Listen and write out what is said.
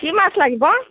কি মাছ লাগিব